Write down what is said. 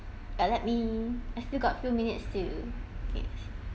uh let me I still got few minutes to it